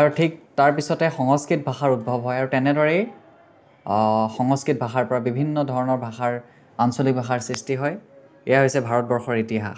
আৰু ঠিক তাৰ পিছতে সংস্কৃত ভাষাৰ উদ্ভৱ হয় আৰু তেনেদৰেই সংস্কৃত ভাষাৰ পৰা বিভিন্ন ধৰণৰ ভাষাৰ আঞ্চলিক ভাষাৰ সৃষ্টি হয় এয়া হৈছে ভাৰতবৰ্ষৰ ইতিহাস